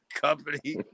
company